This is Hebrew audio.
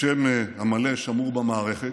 השם המלא שמור במערכת,